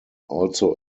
also